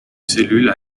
cellule